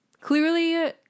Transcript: clearly